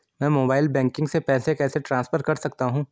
मैं mobile banking से पैसे कैसे ट्रांसफर कर सकता हूं?